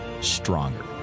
stronger